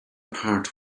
part